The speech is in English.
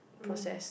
processed